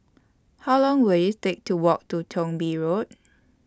How Long Will IT Take to Walk to Thong Bee Road